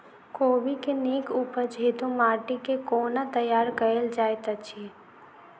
कोबी केँ नीक उपज हेतु माटि केँ कोना तैयार कएल जाइत अछि?